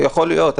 יכול להיות,